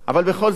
אבל בכל זאת,